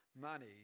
money